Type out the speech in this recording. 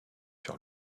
sur